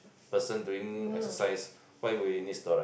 person doing exercise why we need steroid